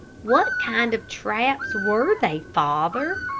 what kind of traps were they, father?